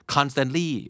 Constantly